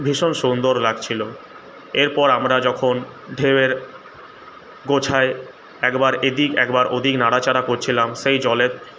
ভীষণ সুন্দর লাগছিলো এরপর আমরা যখন ঢেউয়ের গোছায় একবার এদিক একবার ওদিক নাড়াচাড়া করছিলাম সেই জলের